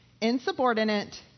Insubordinate